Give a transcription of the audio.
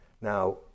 Now